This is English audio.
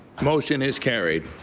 motion is carried.